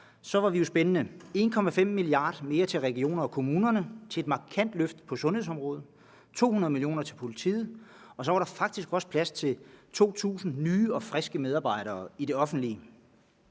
var det jo spændende. 1,5 mia. kr. mere til regionerne og kommunerne til et markant løft på sundhedsområdet, 200 mio. kr. til politiet, og så var der faktisk også plads til 2.000 nye og friske medarbejdere i det offentlige.